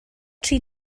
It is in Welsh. tri